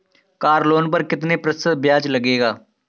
Car loan पर कितने प्रतिशत ब्याज लगेगा?